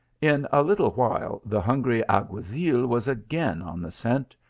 in a little while the hungry alguazil was again on the scent,